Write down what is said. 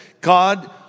God